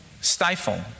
stifle